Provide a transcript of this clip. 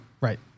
Right